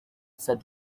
said